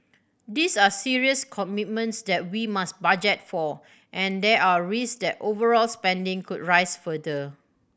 these are serious commitments that we must budget for and there are risk that overall spending could rise further